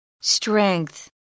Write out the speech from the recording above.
Strength